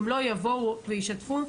אם לא יבואו וישתפו,